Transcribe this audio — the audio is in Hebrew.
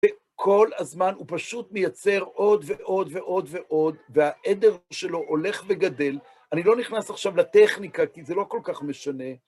וכל הזמן הוא פשוט מייצר עוד ועוד ועוד ועוד, והעדר שלו הולך וגדל. אני לא נכנס עכשיו לטכניקה, כי זה לא כל כך משנה.